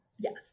yes